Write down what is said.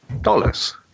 dollars